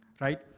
right